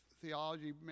theology